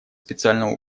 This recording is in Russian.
специальному